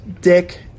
Dick